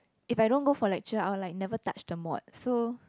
if I don't go for lecture I will like never touch the mod so